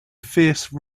fierce